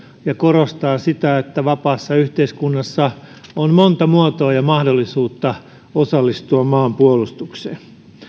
ja korostaa sitä että vapaassa yhteiskunnassa on monta mahdollisuutta osallistua maanpuolustukseen